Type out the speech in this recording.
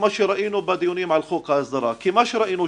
מה שכתוב.